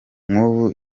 nk’ubu